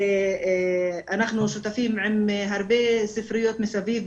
ואנחנו שותפים עם הרבה ספריות מסביב,